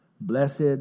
blessed